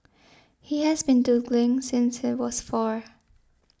he has been doodling since he was four